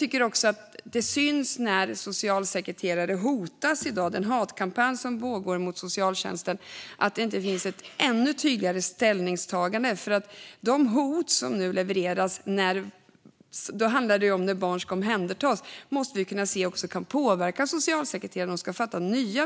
Det finns inte ett tydligt ställningstagande, vilket jag tycker syns i dag när socialsekreterare hotas i den hatkampanj som pågår mot socialtjänsten. Vi måste kunna se att det kan påverka socialsekreterarna som ska fatta